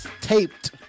taped